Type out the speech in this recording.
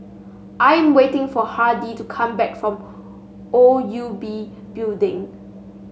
I am waiting for Hardie to come back from O U B Building